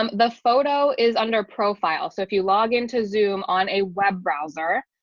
um the photo is under profile. so if you log into zoom on a web browser,